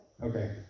Okay